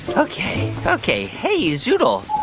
ah ok. ok. hey, zoodle